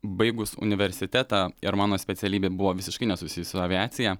baigus universitetą ir mano specialybė buvo visiškai nesusijusi su aviacija